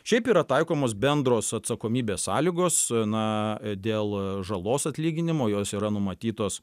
šiaip yra taikomos bendros atsakomybės sąlygos na dėl žalos atlyginimo jos yra numatytos